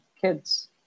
kids